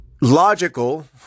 logical